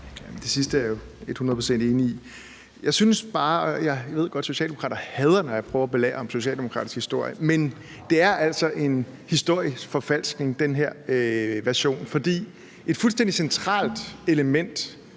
Det sidste er jeg jo et hundrede procent enig i, og jeg ved godt, at socialdemokrater hader det, når jeg prøver at belære dem om socialdemokratisk historie, men den her version er altså en historisk forfalskning. For et fuldstændig centralt element